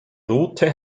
route